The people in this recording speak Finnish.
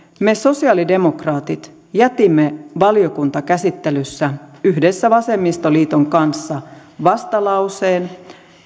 me sosialidemokraatit jätimme valiokuntakäsittelyssä yhdessä vasemmistoliiton kanssa vastalauseen